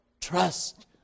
trust